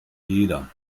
jeder